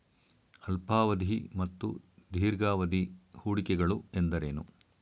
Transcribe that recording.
ಅಲ್ಪಾವಧಿ ಮತ್ತು ದೀರ್ಘಾವಧಿ ಹೂಡಿಕೆಗಳು ಎಂದರೇನು?